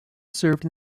served